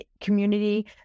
community